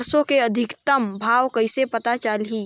सरसो के अधिकतम भाव कइसे पता चलही?